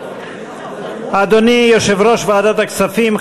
אדוני יושב-ראש ועדת הכספים,